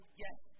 yes